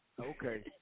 Okay